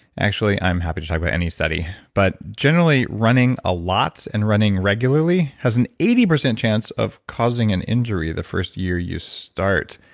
actually, i'm happy to talk about any study. but generally, running a lots and running regularly has an eighty percent chance of causing an injury the first year you start,